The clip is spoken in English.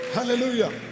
Hallelujah